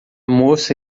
moça